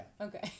Okay